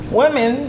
women